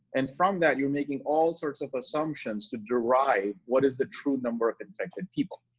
and from that, you're making all sorts of assumptions to derive what is the true number of infected people.